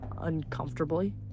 uncomfortably